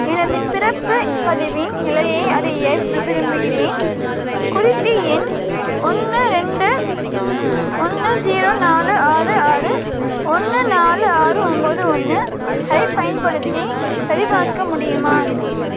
எனது பிறப்பு பதிவின் நிலையை அறிய விரும்புகிறேன் குறிப்பு எண் ஒன்று ரெண்டு ஒன்று ஜீரோ நாலு ஆறு ஆறு ஒன்று நாலு ஆறு ஒம்பது ஒன்று ஐப் பயன்படுத்தி சரிபார்க்க முடியுமா